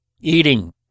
eating